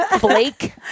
Blake